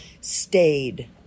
stayed